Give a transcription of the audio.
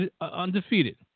undefeated